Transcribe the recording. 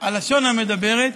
הלשון המדברת,